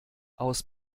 aus